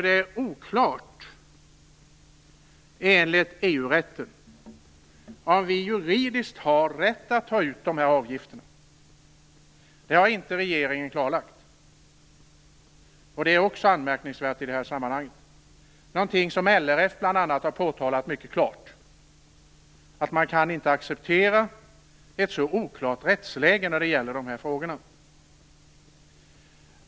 Det är oklart enligt EU-rätten om vi juridiskt har rätt att ta ut de här avgifterna. Det har inte regeringen klarlagt. Det är också anmärkningsvärt i det här sammanhanget. LRF har mycket klart påtalat att man inte kan acceptera ett så oklart rättsläge när det gäller de här frågorna.